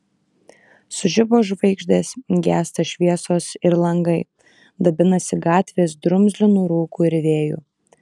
sužibo žvaigždės gęsta šviesos ir langai dabinasi gatvės drumzlinu rūku ir vėju